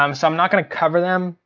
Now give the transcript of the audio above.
um so i'm not gonna cover them.